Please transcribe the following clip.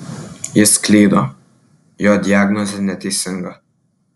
jis klydo jo diagnozė neteisinga